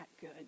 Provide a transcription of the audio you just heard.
good